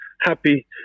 happy